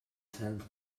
tenth